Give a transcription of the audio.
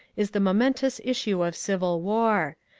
is the momentous issue of civil war.